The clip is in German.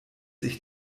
ich